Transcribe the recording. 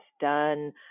done